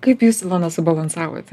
kaip jūs ilona subalansavote